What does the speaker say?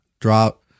drop